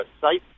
site